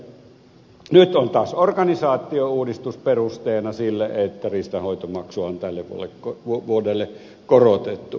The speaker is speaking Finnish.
nyt on taas organisaatiouudistus perusteena sille että riistanhoitomaksua on tälle vuodelle korotettu